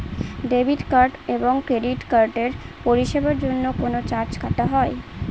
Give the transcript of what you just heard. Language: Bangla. ডেবিট কার্ড এবং ক্রেডিট কার্ডের পরিষেবার জন্য কি কোন চার্জ কাটা হয়?